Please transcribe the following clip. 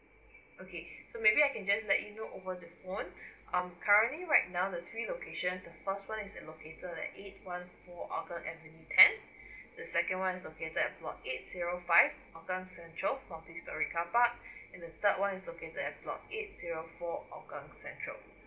okay so maybe I can just let you know over the phone um currently right now the three locations the first [one] is located at eight one four hougang avenue ten the second [one] is located at block eight zero five hougang central multi storey car park and the third [one] is located at block eight zero four hougang central